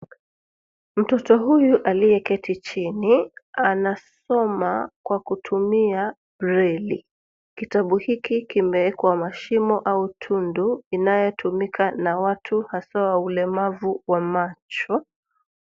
Mtoto huyu aliyeketi chini anasoma kwa kutumia breli. Kitabu hiki kimewekwa mashimo au tundu inayotumika na watu hasaa wa ulemavu wa macho.